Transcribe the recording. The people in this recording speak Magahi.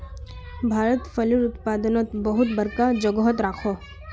भारत फलेर उत्पादनोत बहुत बड़का जोगोह राखोह